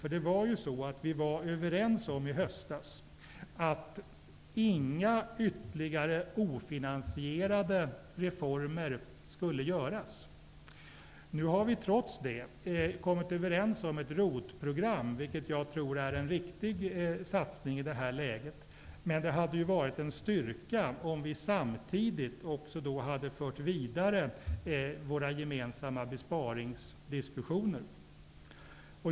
I höstas var vi överens om att inga ytterligare ofinansierade reformer skulle genomföras. Nu har vi trots det kommit överens om ett ROT-program, vilket jag tror är en riktig satsning i det här läget. Men det hade ju varit en styrka om vi samtidigt hade fört vidare våra gemensamma besparingsdiskussioner.